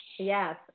Yes